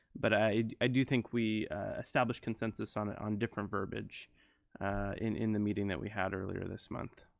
but i i do think we established consensus on it on different verbiage in in the meeting that we had earlier this month.